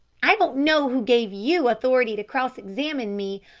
i don't know who gave you authority to cross-examine me.